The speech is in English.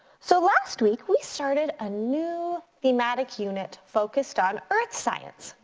so last week we started a new thematic unit focused on earth science.